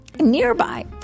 nearby